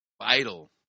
Vital